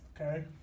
okay